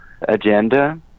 agenda